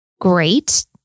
great